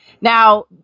Now